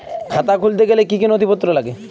খাতা খুলতে গেলে কি কি নথিপত্র লাগে?